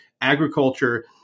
agriculture